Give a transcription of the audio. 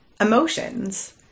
emotions